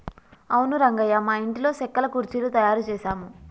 అవును రంగయ్య మా ఇంటిలో సెక్కల కుర్చీలు తయారు చేసాము